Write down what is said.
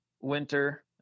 winter